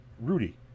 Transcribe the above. Rudy